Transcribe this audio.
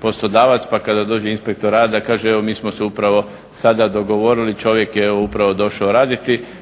poslodavac, pa kada dođe inspektor rada kaže evo mi smo se upravo sada dogovorili, čovjek je evo upravo došao raditi.